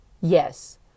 Yes